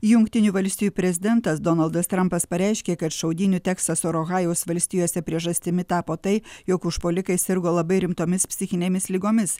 jungtinių valstijų prezidentas donaldas trampas pareiškė kad šaudynių teksaso ir ohajaus valstijose priežastimi tapo tai jog užpuolikai sirgo labai rimtomis psichinėmis ligomis